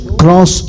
cross